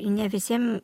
ne visiem